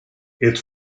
its